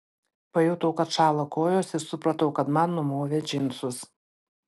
pajutau kad šąla kojos ir supratau kad man numovė džinsus